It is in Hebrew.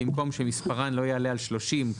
במקום שמספרן לא יעלה על 30,